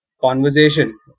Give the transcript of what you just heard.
conversation